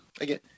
again